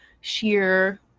sheer